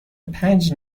پنج